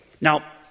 Now